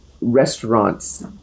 restaurants